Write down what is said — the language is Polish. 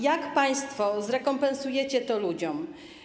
Jak państwo zrekompensujecie to ludziom?